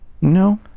No